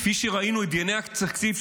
כפי שראינו את דיוני התקציב,